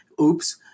oops